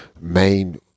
main